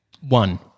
One